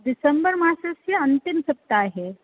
December मासस्य अन्तिमसप्ताहे